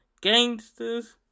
gangsters